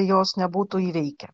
jos nebūtų įveikę